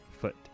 foot